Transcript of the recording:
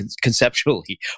conceptually